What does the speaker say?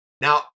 Now